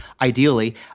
ideally